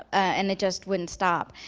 and it just wouldn't stop.